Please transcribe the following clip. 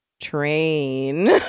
train